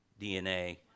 DNA